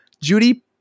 Judy